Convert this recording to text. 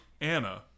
Anna